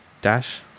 dash